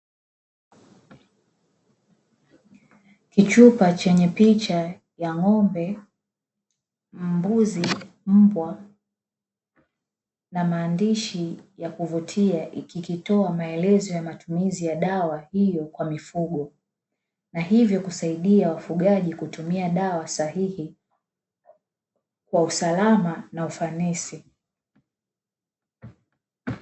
kichupa chenye picha ya ng'ombe, mbuzi, mbwa na maandishi ya kuvutia kikitoa maelezo ya matumizi ya dawa hiyo kwa mifugo na hivyo kusaidia wafugaji kutumia dawa sahihi kwa usalama na ufanisi.